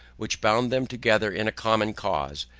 which bound them together in a common cause,